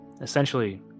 essentially